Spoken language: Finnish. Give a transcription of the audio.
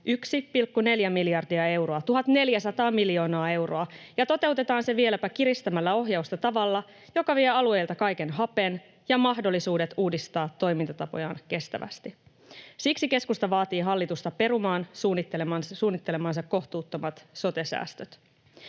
1,4 miljardia euroa, 1 400 miljoonaa euroa, ja toteutetaan se vieläpä kiristämällä ohjausta tavalla, joka vie alueilta kaiken hapen ja mahdollisuudet uudistaa toimintatapojaan kestävästi. Siksi keskusta vaatii hallitusta perumaan suunnittelemansa kohtuuttomat sote-säästöt.